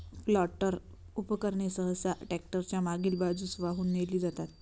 planter उपकरणे सहसा tractor च्या मागील बाजूस वाहून नेली जातात